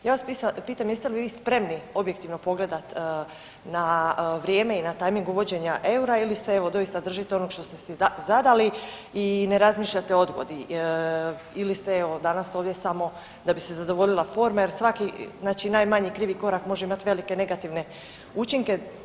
Ja vas pitam jeste li vi spremni objektivno pogledati na vrijeme i na tajming uvođenja EUR-a ili se evo doista držite onog što ste si zadali i ne razmišljate o odgodi ili ste evo danas ovdje samo da bi se zadovoljila forma jer svaki znači najmanji krivi korak može imati velike negativne učinke.